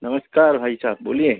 नमस्कार भाई साहब बोलिए